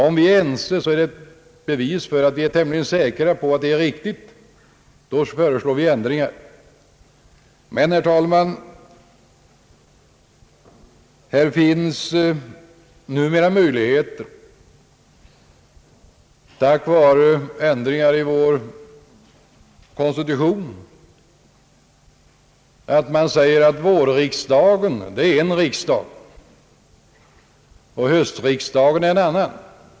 Om vi är ense är det ett bevis på att vi är tämligen säkra på att det vi vill är riktigt, och då föreslår vi ändringar. Men, herr talman, tack vare ändringar i vår konstitution finns det numera möjligheter att säga, att vårriksdagen är en riksdag och höstriksdagen en annan.